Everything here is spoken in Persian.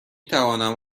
توانم